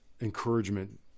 encouragement